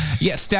Yes